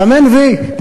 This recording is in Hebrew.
סמן "וי".